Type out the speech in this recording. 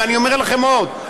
ואני אומר לכם עוד,